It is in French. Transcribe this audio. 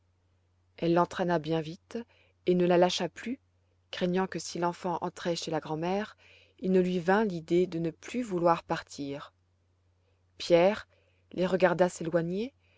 elle l'entraîna bien vite et ne la lâcha plus craignant que si l'enfant entrait chez le grand'mère il ne lui vînt l'idée de ne plus vouloir partir pierre les regarda